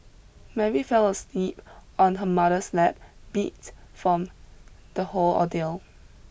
Mary fell asleep on her mother's lap beats from the whole ordeal